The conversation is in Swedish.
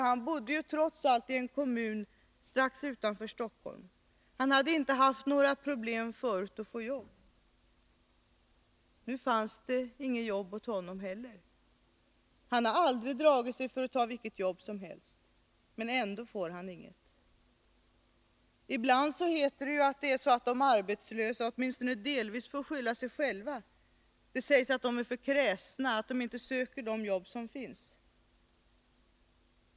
Han bodde ju trots allt i en kommun strax utanför Stockholm. Han hade inte haft några problem förut att få jobb. Nu fanns det inget jobb åt honom heller. Han har aldrig dragit sig för att ta vilket jobb som helst. Ändå får han inget. Ibland heter det ju att de arbetslösa åtminstone delvis får skylla sig själva. Det sägs att de är för kräsna, att de inte söker de jobb som finns.